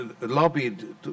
lobbied